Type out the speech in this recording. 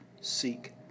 seek